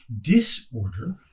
disorder